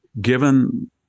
given